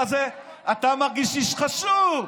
אתה מרגיש איש חשוב.